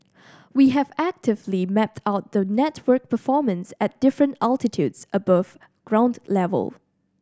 we have actively mapped out the network performance at different altitudes above ground level